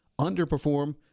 underperform